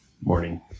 morning